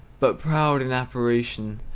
but proud in apparition,